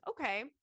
Okay